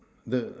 the